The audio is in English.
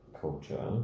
culture